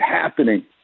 happening